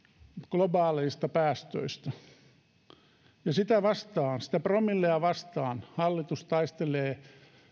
globaaleista päästöistä ja sitä vastaan sitä promillea vastaan hallitus taistelee